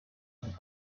pour